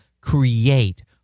create